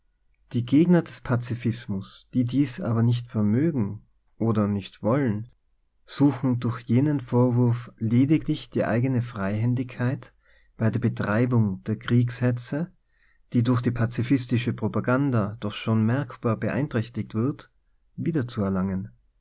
die gegner des pazifismus die dies aber nicht vermögen oder nicht wollen suchen durch jenen vorwurf lediglich die eigene freihändigkeit bei der be treibung der kriegshetze die durch die pazifistische propaganda doch schon merkbar beeinträchtigt wird wieder zu erlangen